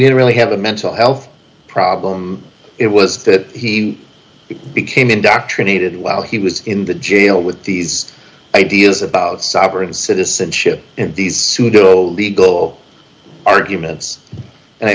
didn't really have a mental health problem it was that he became indoctrinated while he was in the jail with these ideas about sovereign citizenship and these pseudo legal arguments and i